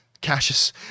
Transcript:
Cassius